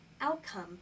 outcome